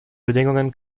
bedingungen